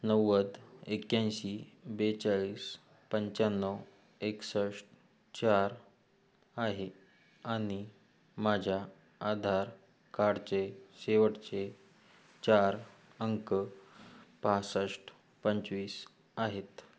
नव्वद एक्याऐंशी बेचाळीस पंचाण्णव एकसष्ट चार आहे आणि माझ्या आधार कार्डचे शेवटचे चार अंक पासष्ट पंचवीस आहेत